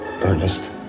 Ernest